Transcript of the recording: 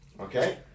Okay